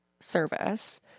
service